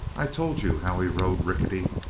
i told you how he rode rickety.